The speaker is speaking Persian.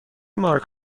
مارک